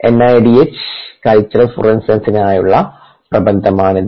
NADH culture ഫ്ലൂറസെൻസിനായുള്ള പ്രബന്ധമാണിത്